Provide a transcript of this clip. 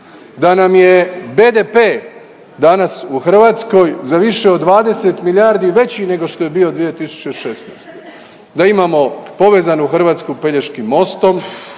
Da nam je BDP danas u Hrvatskoj za više od 20 milijardi veći nego što je bio 2016., da imamo povezanu Hrvatsku Pelješkim mostom,